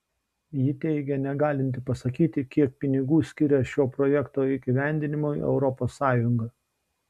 ji teigė negalinti pasakyti kiek pinigų skiria šio projekto įgyvendinimui europos sąjunga